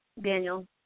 Daniel